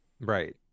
right